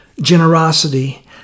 generosity